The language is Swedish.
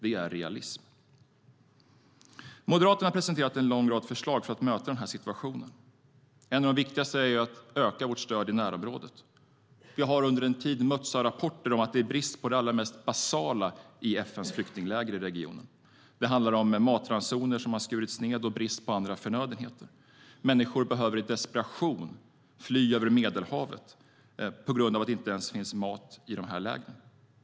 Det är realism. Moderaterna har presenterat en lång rad förslag för att möta den här situationen. Ett av de viktigaste förslagen är att vi behöver öka vårt stöd i närområdet. Vi har under en tid mötts av rapporter om att det är brist på det mest basala i FN:s flyktingläger i regionen. Det handlar om matransoner som har skurits ned och brist på andra förnödenheter. Människor har i desperation behövt fly över Medelhavet eftersom det inte ens finns mat i lägren.